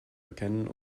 erkennen